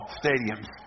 stadiums